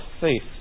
faith